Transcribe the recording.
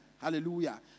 Hallelujah